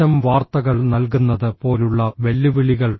മോശം വാർത്തകൾ നൽകുന്നത് പോലുള്ള വെല്ലുവിളികൾ